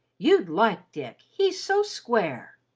you'd like dick, he's so square.